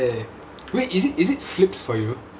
ya wait is it is it flipped for you